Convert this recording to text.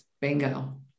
bingo